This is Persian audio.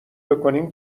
بکنیم